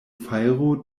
fajro